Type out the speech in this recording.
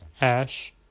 Ash